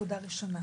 נקודה ראשונה.